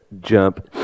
jump